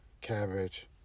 cabbage